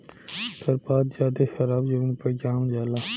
खर पात ज्यादे खराबे जमीन पर जाम जला